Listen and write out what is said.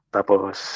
Tapos